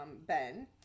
Ben